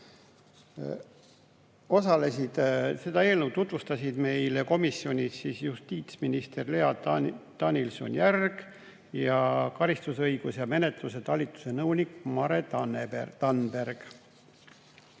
Järveoja. Seda eelnõu tutvustasid meile komisjonis justiitsminister Lea Danilson-Järg ja karistusõiguse ja menetluse talituse nõunik Mare Tannberg.